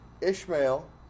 Ishmael